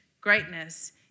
greatness